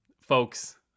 folks